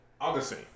Augustine